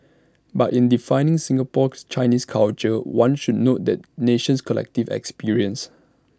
but in defining Singapore's Chinese culture one should note the nation's collective experience